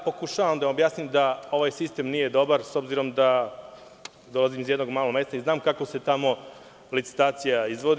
Pokušavam da objasnim da ovaj sistem nije dobar, s obzirom da dolazim iz jednog malog mesta i znam kako se tamo licitacija izvodi.